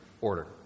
order